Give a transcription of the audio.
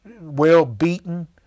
well-beaten